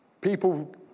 People